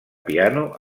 piano